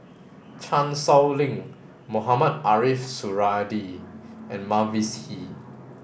Chan Sow Lin Mohamed Ariff Suradi and Mavis Hee